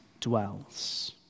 dwells